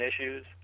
issues